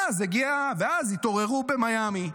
ואז התעוררו במיאמי,